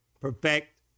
perfect